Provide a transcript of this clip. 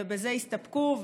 ובזה הסתפקו,